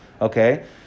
Okay